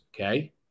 okay